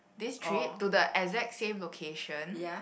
this trip to the exact same location